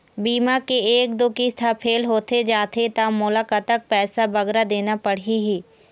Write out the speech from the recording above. बीमा के एक दो किस्त हा फेल होथे जा थे ता मोला कतक पैसा बगरा देना पड़ही ही?